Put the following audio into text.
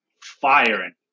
firing